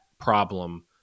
problem